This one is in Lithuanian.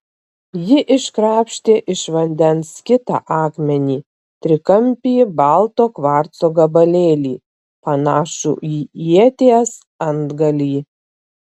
ji iškrapštė iš vandens kitą akmenį trikampį balto kvarco gabalėlį panašų į ieties antgalį